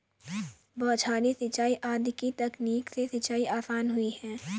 बौछारी सिंचाई आदि की तकनीक से सिंचाई आसान हुई है